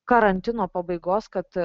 karantino pabaigos kad